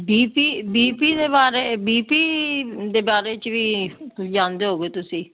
B P B P ਦੇ ਬਾਰੇ B P ਦੇ ਬਾਰੇ 'ਚ ਵੀ ਜਾਣਦੇ ਹੋਵੋਗੇ ਤੁਸੀਂ